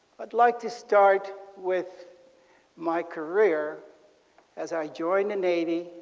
would like to start with my career as i joined the navy.